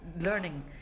learning